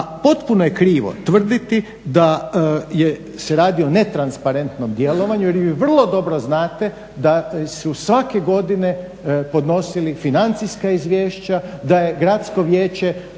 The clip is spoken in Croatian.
potpuno je krivo tvrditi da se radi o netransparentnom djelovanju jer vi vrlo dobro zante da su svake godine podnosili financijska izvješća, da je gradsko vijeće